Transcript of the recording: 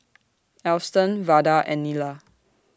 Alston Vada and Nila